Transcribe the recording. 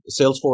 Salesforce